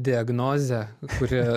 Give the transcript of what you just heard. diagnozę kuri